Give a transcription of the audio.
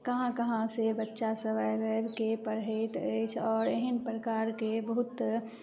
कहाँ कहाँसँ बच्चा सभ आबि आबिके पढ़ैत अछि आओर एहन प्रकारके बहुत